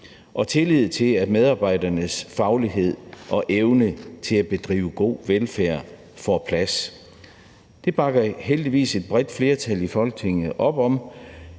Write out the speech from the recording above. og tillid til, at medarbejdernes faglighed og evne til at bedrive god velfærd, får plads. Det bakker et bredt flertal i Folketinget